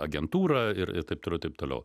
agentūra ir ir taip toliau taip toliau